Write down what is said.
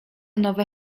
nowe